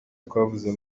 twavuze